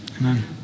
Amen